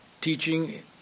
teaching